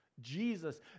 Jesus